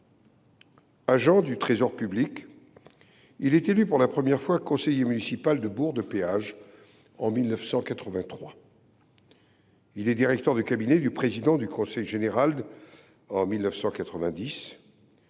Agent du Trésor public, il est élu pour la première fois conseiller municipal de Bourg de Péage en 1983. Il est directeur de cabinet du président du conseil général de la